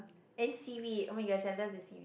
and seaweed oh-my-gosh I love the seaweed